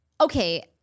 Okay